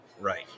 right